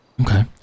Okay